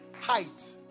height